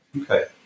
Okay